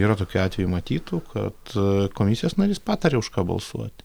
yra tokių atvejų matytų kad komisijos narys patarė už ką balsuot